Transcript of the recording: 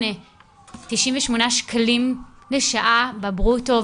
שקלים לשעה בברוטו,